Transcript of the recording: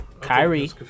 Kyrie